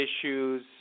issues